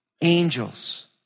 angels